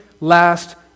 last